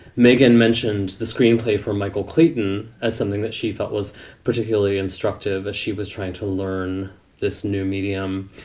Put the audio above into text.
megan mentioned the screenplay for michael clayton as something that she felt was particularly instructive as she was trying to learn this new medium.